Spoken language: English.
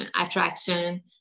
attraction